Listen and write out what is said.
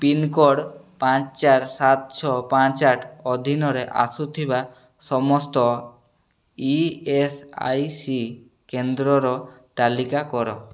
pincode ପାଞ୍ଚ ଚାରି ସାତ ଛଅ ପାଞ୍ଚ ଆଠ ଅଧୀନରେ ଆସୁଥିବା ସମସ୍ତ ଇ ଏସ୍ ଆଇ ସି କେନ୍ଦ୍ରର ତାଲିକା କର